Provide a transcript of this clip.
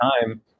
time